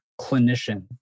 clinician